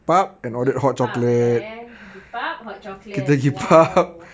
pergi pub eh pergi pub hot chocolate !wow!